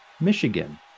Michigan